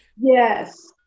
Yes